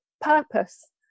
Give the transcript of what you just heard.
purpose